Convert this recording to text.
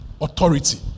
authority